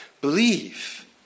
believe